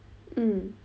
mm